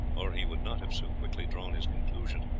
or he would not have so quickly drawn his conclusions.